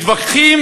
מתווכחים